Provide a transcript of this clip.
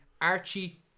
Archie